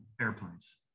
airplanes